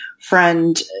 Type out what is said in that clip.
friend